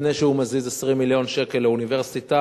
לפני שהוא מזיז 20 מיליון שקל לאוניברסיטה,